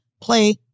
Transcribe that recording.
play